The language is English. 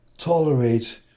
tolerate